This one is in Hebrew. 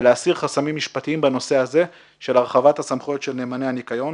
ולהסיר חסמים משפטיים בנושא הזה של הרחבת הסמכויות של נאמני הניקיון.